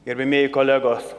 gerbiamieji kolegos